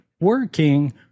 working